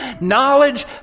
knowledge